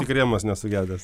tik rėmas nesugedęs